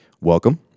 Welcome